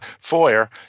foyer